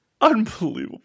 Unbelievable